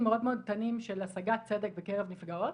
מאוד מאוד קטנים של השגת צדק בקרב נפגעות.